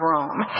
Rome